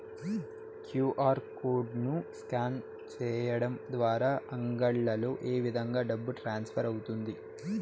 QR code ను scan సేయడం ద్వారా అంగడ్లలో ఏ విధంగా డబ్బు ట్రాన్స్ఫర్ అవుతుంది